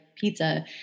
pizza